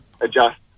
adjust